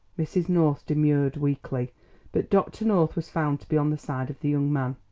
mrs. north demurred weakly but dr. north was found to be on the side of the young man.